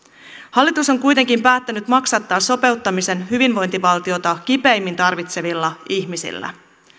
hallitus on kuitenkin päättänyt maksattaa sopeuttamisen hyvinvointivaltiota kipeimmin tarvitsevilla ihmisillä